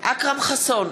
אכרם חסון,